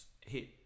hit